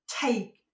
take